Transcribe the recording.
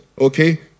okay